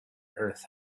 earth